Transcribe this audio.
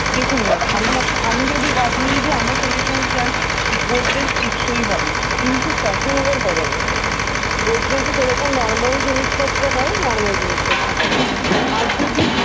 দেখুন ম্যাম আমি যদি বা আপনি যদি আমার সাজেশন চান গোদরেজ টেকসই হবে কিন্তু ফ্যাশনেবল হবে না গোদরেজের যেরকম নর্মাল জিনিসপত্র হয় নর্মাল জিনিসপত্র হবে আর যদি